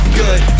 good